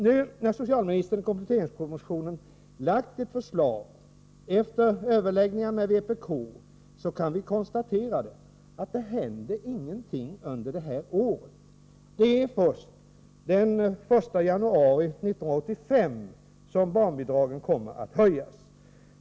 När nu socialministern i kompletteringspropositionen lagt fram ett förslag — efter överläggningar med vpk — kan vi konstatera att det inte kommer att hända någonting under det här året. Det är först den 1 januari 1985 som barnbidragen kommer att höjas.